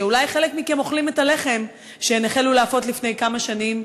שאולי חלק מכם אוכלים את הלחם שהן החלו לאפות לפני כמה שנים,